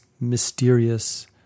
mysterious